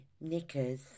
knickers